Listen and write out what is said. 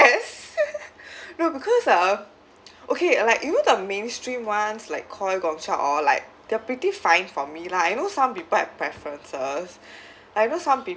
yes no because uh okay like you know the mainstream ones like Koi Gongcha all like they're pretty fine for me lah you know some people have preferences like you know some peop~